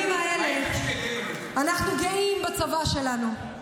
בימים האלה אנחנו גאים בצבא שלנו,